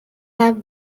have